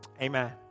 Amen